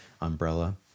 umbrella